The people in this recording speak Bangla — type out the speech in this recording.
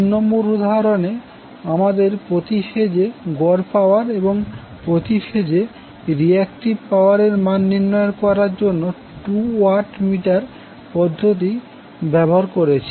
তিন নম্বর উদাহরণে আমাদের প্রতি ফেজে গড় পাওয়ার এবং প্রতি ফেজে রিয়াক্টিভ পাওয়ার এর মান নির্ণয় করার জন্য টু ওয়াট মিটার পদ্ধতি ব্যবহার করেছি